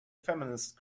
feminist